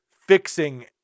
fixing